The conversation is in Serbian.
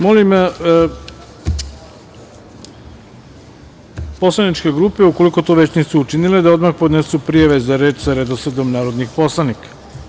Molim poslaničke grupe ukoliko to već nisu učinile da odmah podnesu prijave za reč sa redosledom narodnih poslanika.